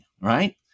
right